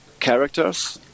characters